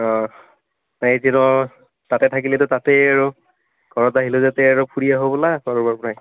অ তাতেই থাকিলেতো তাতেই আৰু ঘৰত আহিলোঁ যেতিয়া আৰু ফুৰি আহোঁ ব'লা